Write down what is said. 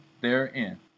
therein